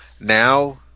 now